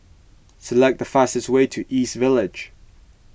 select the fastest way to East Village